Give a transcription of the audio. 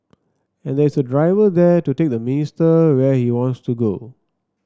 and there is a driver there to take the minister where he wants to go